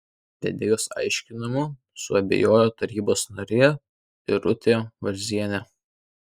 vedėjos aiškinimu suabejojo tarybos narė irutė varzienė